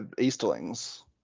Easterlings